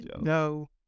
No